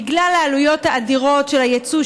בגלל העלויות האדירות של היצוא,